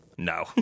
No